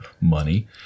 money